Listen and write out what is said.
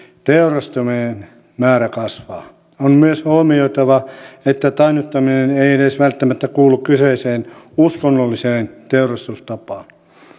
teurastamojen määrä kasvaa on myös huomioitava että tainnuttaminen ei edes välttämättä kuulu kyseiseen uskonnolliseen teurastustapaan